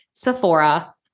Sephora